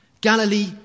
Galilee